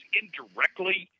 indirectly